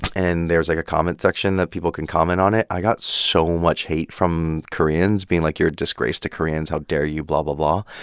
and there was, like, a comment section that people can comment on it. i got so much hate from koreans being like, you're a disgrace to koreans. how dare you? blah, blah, blah.